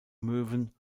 möwen